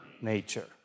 nature